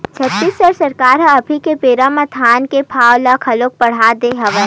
छत्तीसगढ़ सरकार ह अभी के बेरा म धान के भाव ल घलोक बड़हा दे हवय